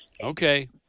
Okay